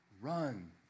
run